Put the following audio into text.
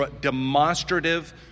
demonstrative